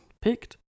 picked